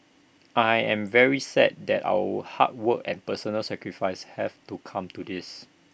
I am very sad that our hard work and personal sacrifice have come to this